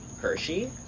Hershey